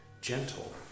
gentle